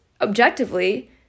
objectively